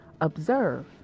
observe